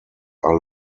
are